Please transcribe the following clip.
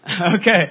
Okay